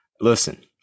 listen